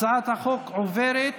הצעת החוק עוברת